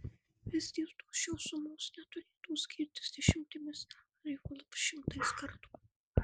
vis dėlto šios sumos neturėtų skirtis dešimtimis ar juolab šimtais kartų